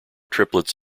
triplets